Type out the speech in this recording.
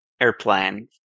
airplane